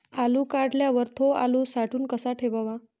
आलू काढल्यावर थो आलू साठवून कसा ठेवाव?